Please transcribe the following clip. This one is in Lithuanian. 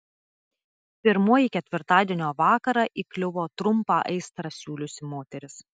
pirmoji ketvirtadienio vakarą įkliuvo trumpą aistrą siūliusi moteris